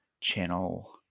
channel